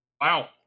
Wow